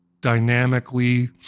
dynamically